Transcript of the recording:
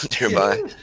nearby